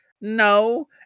No